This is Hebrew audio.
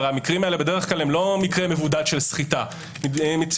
הרי המקרים האלה הם בדרך כלל לא מקרה מבודד של סחיטה מתוספים